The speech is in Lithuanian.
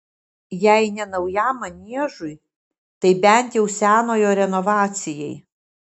jei ne naujam maniežui tai bent jau senojo renovacijai